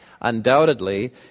undoubtedly